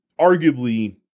Arguably